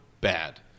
bad